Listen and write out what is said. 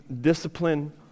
discipline